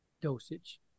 dosage